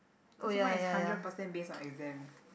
cause mine is hundred percent based on exam